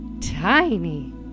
tiny